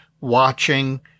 watching